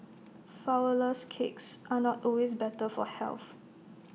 Flourless Cakes are not always better for health